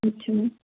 अच्छा